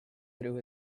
through